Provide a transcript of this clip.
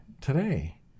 Today